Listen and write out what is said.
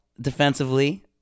Defensively